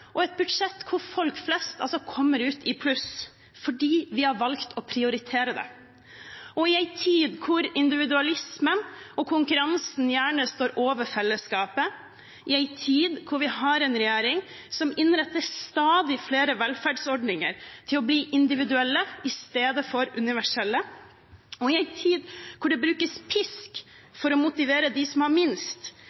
og et budsjett hvor folk flest kommer ut i pluss – fordi vi har valgt å prioritere det. Og i en tid hvor individualismen og konkurransen gjerne står over fellesskapet, i en tid hvor vi har en regjering som innretter stadig flere velferdsordninger til å bli individuelle i stedet for universelle, og i en tid hvor det brukes pisk